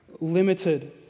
limited